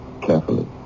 carefully